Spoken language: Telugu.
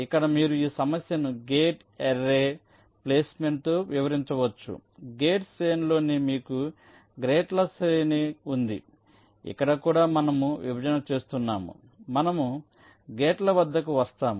ఇక్కడ మీరు ఈ సమస్యను గేట్ అర్రే ప్లేస్మెంట్తో వివరించవచ్చు గేట్ శ్రేణిలో మీకు గేట్ల శ్రేణి ఉంది ఇక్కడ కూడా మనము విభజన చేస్తున్నాము మనము గేట్ల వద్దకు వస్తాము